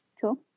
cool